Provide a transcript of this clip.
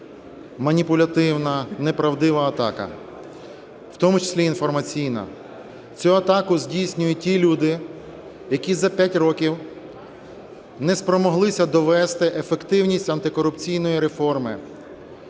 маніпулятивна, неправдива атака, в тому числі інформаційна. Цю атаку здійснюють ті люди, які за 5 років не спромоглися довести ефективність антикорупційної реформи;